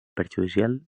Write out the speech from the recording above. perjudicial